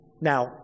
Now